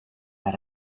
that